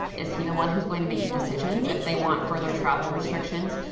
is he the one who is going to make the decisions if they want further travel restrictions?